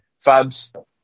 fabs